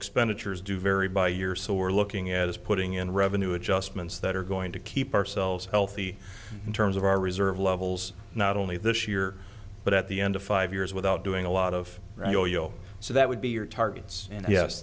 expenditures do vary by year so we're looking at is putting in revenue adjustments that are going to keep ourselves healthy in terms of our reserve levels not only this year but at the end of five years without doing a lot of so that would be your targets and yes